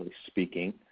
speaking.